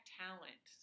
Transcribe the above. talent